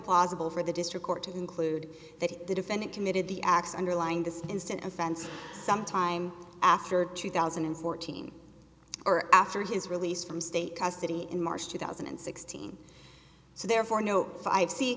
plausible for the district court to conclude that the defendant committed the acts underlying this instant offense sometime after two thousand and fourteen or after his release from state custody in march two thousand and sixteen so therefore no